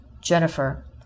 Jennifer